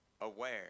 aware